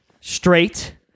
Straight